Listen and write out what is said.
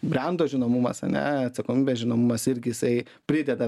brendo žinomumas ane atsakomybės žinomumas irgi jisai prideda